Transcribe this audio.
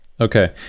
okay